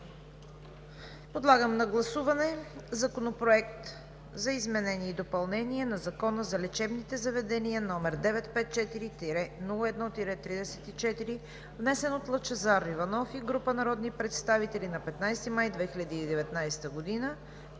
Подлагам на първо гласуване Законопроект за изменение и допълнение на Закона за лечебните заведения, № 954-01-34, внесен от Лъчезар Иванов и група народни представители на 15 май 2019 г.